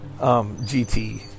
GT